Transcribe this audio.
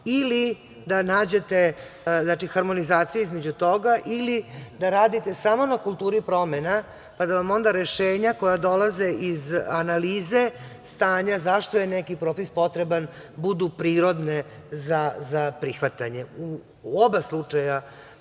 da nađete harmonizaciju između toga ili da radite samo na kulturi promena, pa da vam onda rešenja koja dolaze iz analize stanja zašto je neki propis potreban budu prirodne za prihvatanje. U oba slučaja